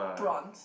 prawns